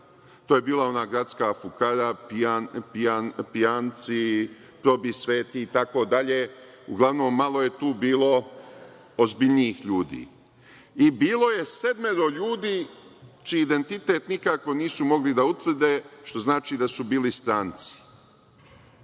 to je bila ona gradska fukara, pijanci, probisveti, uglavnom, malo je tu bilo ozbiljnijih ljudi. Bilo je sedmoro ljudi čiji identitet nikako nisu mogli da utvrde, što znači da su bili stranci.